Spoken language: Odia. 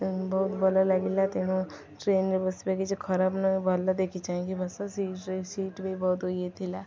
ବହୁତ ଭଲ ଲାଗିଲା ତେଣୁ ଟ୍ରେନରେ ବସିବା କିଛି ଖରାପ ନୁହେଁ ଭଲ ଦେଖି ଚାହିଁକି ବସ ସିଟ୍ ବି ବହୁତ ଇଏ ଥିଲା